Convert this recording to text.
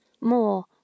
more